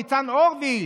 "ניצן הורביץ,